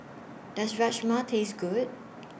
Does Rajma Taste Good